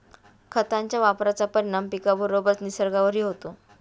खतांच्या वापराचा परिणाम पिकाबरोबरच निसर्गावरही होतो